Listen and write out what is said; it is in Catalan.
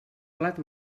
plat